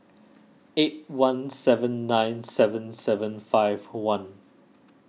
eight one seven nine seven seven five one